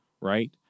right